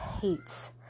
hates